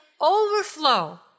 overflow